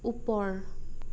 ওপৰ